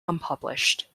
unpublished